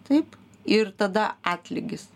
taip ir tada atlygis